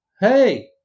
hey